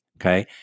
Okay